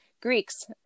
Greeks